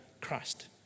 Christ